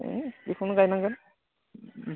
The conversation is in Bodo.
ए बेखौनो गायनांगोन